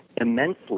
immensely